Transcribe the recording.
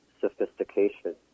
sophistication